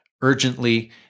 urgently